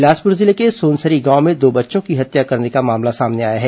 बिलासपुर जिले के सोनसरी गांव में दो बच्चों की हत्या करने का मामला सामने आया है